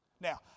Now